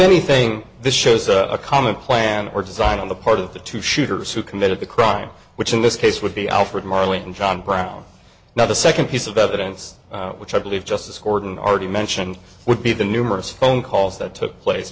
anything this shows a common plan or design on the part of the two shooters who committed the crime which in this case would be alfred marley and john brown now the second piece of evidence which i believe just as corden already mentioned would be the numerous phone calls that took place